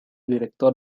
director